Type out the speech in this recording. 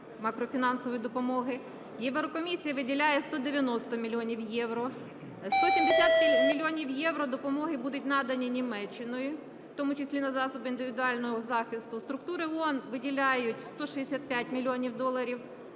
макрофінансової допомоги. Єврокомісія виділяє 190 мільйонів євро. 170 мільйонів євро допомоги будуть надані Німеччиною, в тому числі на засоби індивідуального захисту. Структури ООН виділяють 165 мільйонів доларів.